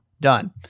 done